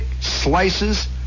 slices